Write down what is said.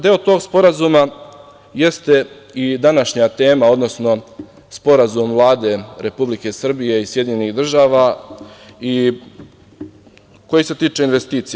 Deo tog sporazuma jeste i današnja tema, odnosno sporazum Vlade Republike Srbije i SAD koji se tiče investicija.